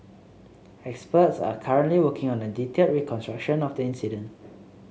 experts are currently working on a detailed reconstruction of the incident